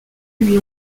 lui